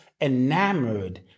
enamored